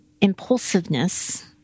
Impulsiveness